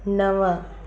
नव